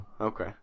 Okay